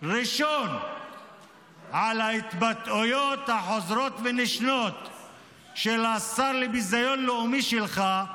הראשון להתבטאויות החוזרות ונשנות של השר לביזיון לאומי שלך,